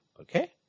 okay